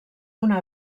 una